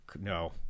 No